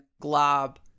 glob